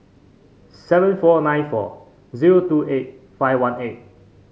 seven four nine four zero two eight five one eight